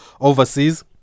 overseas